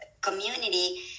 community